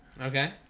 Okay